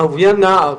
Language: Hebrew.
אהוביה נער,